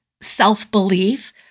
self-belief